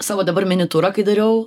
savo dabar mini turą kai dariau